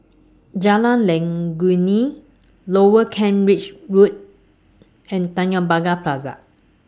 Jalan Legundi Lower Kent Ridge Road and Tanjong Pagar Plaza